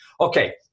Okay